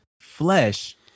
flesh